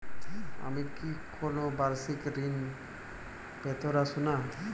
আমি কি কোন বাষিক ঋন পেতরাশুনা?